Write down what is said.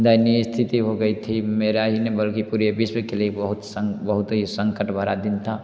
दयनीय स्थिति हो गई थी मेरा ही नहीं बल्कि पूरे विश्व के लिए बहुत संग बहुत ही संकट भरा दिन था